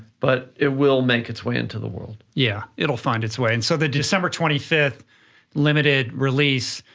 but it will make its way into the world. yeah, it'll find its way and so the december twenty fifth limited release,